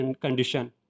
condition